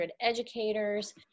educators